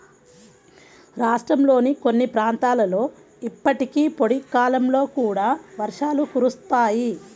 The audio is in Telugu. రాష్ట్రంలోని కొన్ని ప్రాంతాలలో ఇప్పటికీ పొడి కాలంలో కూడా వర్షాలు కురుస్తాయి